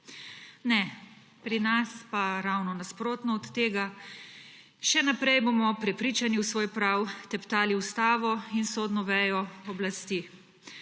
Ne, pri nas pa ravno nasprotno od tega. Še naprej bomo prepričani v svoj prav teptali ustavo in sodno vejo oblasti.